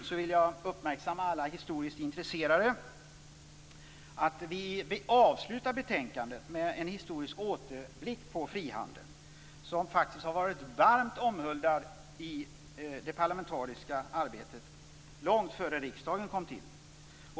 Jag vill uppmärksamma alla historiskt intresserade på att vi slutar betänkandet med att göra en historisk återblick på frihandeln, som har varit varmt omhuldad i det parlamentariska arbetet långt innan riksdagen kom till.